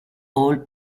all